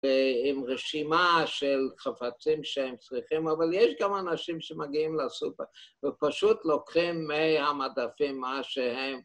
‫ועם רשימה של חפצים שהם צריכים, ‫אבל יש גם אנשים שמגיעים לסופר ‫ופשוט לוקחים מהמדפים מה שהם.